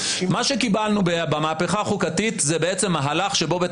מה שקיבלנו במהפכה החוקתית זה בעצם מהלך שבו בית